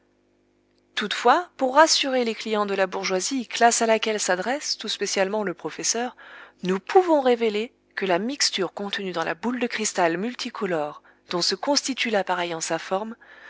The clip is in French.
toutefois pour rassurer les clients de la bourgeoisie classe à laquelle s'adresse tout spécialement le professeur nous pouvons révéler que la mixture contenue dans la boule de cristal multicolore dont se constitue l'appareil en sa forme